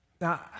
Now